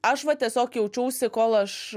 aš va tiesiog jaučiausi kol aš